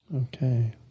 Okay